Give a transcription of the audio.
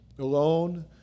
alone